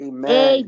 Amen